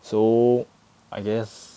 so I guess